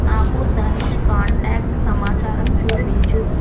నాకు దనీష్ కాంటాక్ట్ సమాచారాం చూపించు